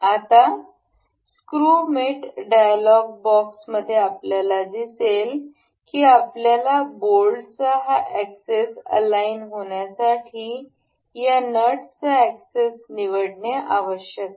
आता screw mate dialog बॉक्समध्ये आपल्याला दिसेल की आपल्याला बोल्टचा हा एक्सेस अलाईन होण्यासाठी या नटचा एक्सेस निवडणे आवश्यक आहे